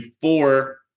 four